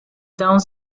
downs